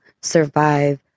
survive